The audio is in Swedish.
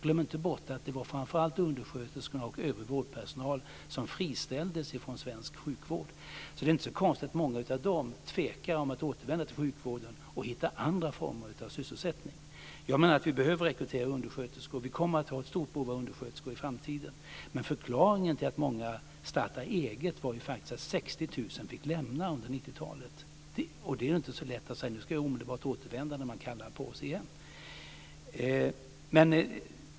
Glöm inte bort att det framför allt var undersköterskor och övrig vårdpersonal som friställdes från svensk sjukvård! Därför är det inte så konstigt om många av dem tvekar om att återvända till sjukvården och i stället hittar andra former av sysselsättning. Jag menar att vi behöver rekrytera undersköterskor. Vi kommer att ha ett stort behov av undersköterskor i framtiden. Men förklaringen till att många startar eget är ju faktiskt att 60 000 fick lämna sjukvården under 90-talet. Det är inte så lätt att omedelbart återvända när man kallar på dem igen.